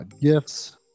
Gifts